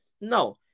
No